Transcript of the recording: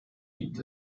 gibt